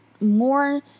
more